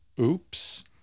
Oops